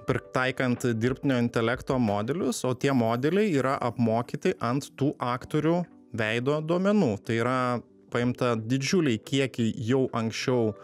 pritaikant dirbtinio intelekto modelius o tie modeliai yra apmokyti ant tų aktorių veido duomenų tai yra paimta didžiuliai kiekiai jau anksčiau